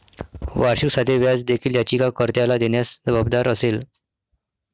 वार्षिक साधे व्याज देखील याचिका कर्त्याला देण्यास जबाबदार असेल